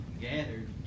gathered